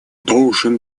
должен